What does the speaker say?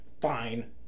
Fine